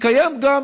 מתקיים גם